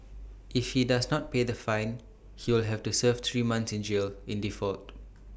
if he does not pay the fine he will have to serve three months in jail in default